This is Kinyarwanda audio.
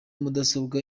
mudasobwa